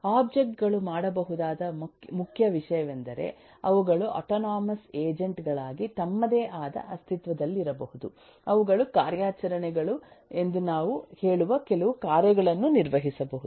object ಗಳು ಮಾಡಬಹುದಾದ ಮುಖ್ಯ ವಿಷಯವೆಂದರೆ ಅವುಗಳು ಆಟೊನೊಮಸ್ ಏಜೆಂಟ್ ಗಳಾಗಿ ತಮ್ಮದೇ ಆದ ಅಸ್ತಿತ್ವದಲ್ಲಿರಬಹುದು ಅವುಗಳು ಕಾರ್ಯಾಚರಣೆಗಳು ಎಂದು ನಾವು ಹೇಳುವ ಕೆಲವು ಕಾರ್ಯಗಳನ್ನು ನಿರ್ವಹಿಸಬಹುದು